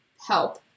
help